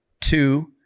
Two